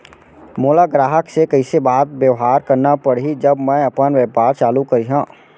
मोला ग्राहक से कइसे बात बेवहार करना पड़ही जब मैं अपन व्यापार चालू करिहा?